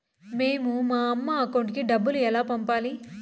మేము మా అమ్మ అకౌంట్ కి డబ్బులు ఎలా పంపాలి